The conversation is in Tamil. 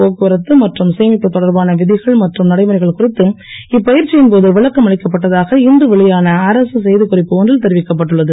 போக்குவரத்து மற்றும் சேமிப்பு தொடர்பான விதிகள் மற்றும் நடைமுறைகள் குறித்து இப்பயிற்சியின் போது விளக்கம் அளிக்கப்பட்டதாக இன்று வெளியான அரசு செய்திக் குறிப்பு ஒன்றில் தெரிவிக்கப்பட்டுள்ளது